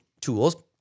tools